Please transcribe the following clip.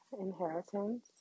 inheritance